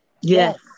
Yes